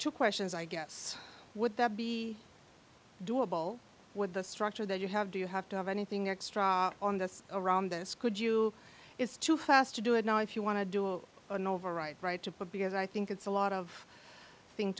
to questions i guess would that be doable with the structure that you have do you have to have anything extra on this around this could you is too fast to do it now if you want to do an override right to because i think it's a lot of thing